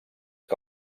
que